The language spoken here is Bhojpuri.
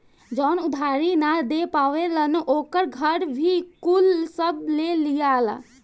जवन उधारी ना दे पावेलन ओकर घर भी कुल सब ले लियाला